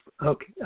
Okay